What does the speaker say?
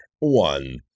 one